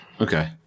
Okay